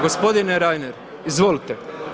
Gospodine Reiner, izvolite.